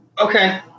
Okay